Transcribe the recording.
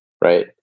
right